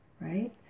right